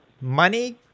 money